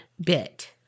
bit